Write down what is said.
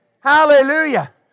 Hallelujah